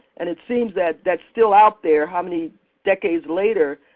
and it seems that that's still out there, how many decades later,